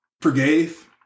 forgave